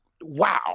Wow